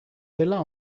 dela